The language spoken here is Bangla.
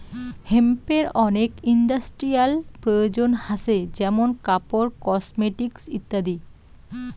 হেম্পের অনেক ইন্ডাস্ট্রিয়াল প্রয়োজন হাছে যেমন কাপড়, কসমেটিকস ইত্যাদি